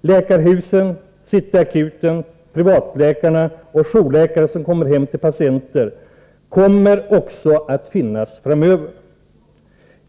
Läkarhusen, City Akuten, privatläkarna och jourläkarna som kommer hem till patienterna kommer också att finnas framöver.